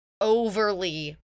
overly